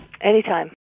Anytime